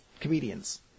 comedians